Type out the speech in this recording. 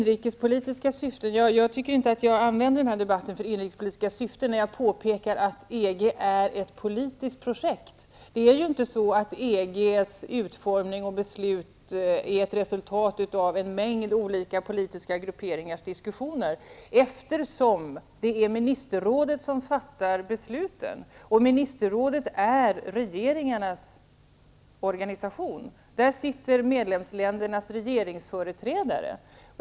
Herr talman! Jag tycker inte att jag använder debatten för inrikespolitiska syften när jag påpekar att EG är ett politiskt projekt. Det är inte så att EG:s utformning och beslut är ett resultat av en mängd politiska grupperingars diskussioner, eftersom det är ministerrådet som fattar besluten. Ministerrådet är regeringarnas organ. Där sitter medlemsländernas regeringsföreträdare.